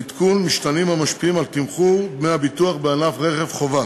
לעדכון משתנים המשפיעים על תמחור דמי הביטוח בענף ביטוח רכב חובה.